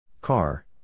Car